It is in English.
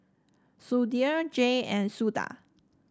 Sudhir J and Suda